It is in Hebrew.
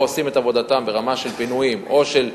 עושים את העבודה ברמה של פינויים או של,